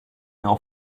now